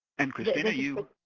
and kristina you